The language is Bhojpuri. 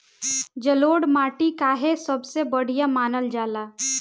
जलोड़ माटी काहे सबसे बढ़िया मानल जाला?